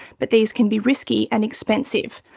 but these can be risky and expensive.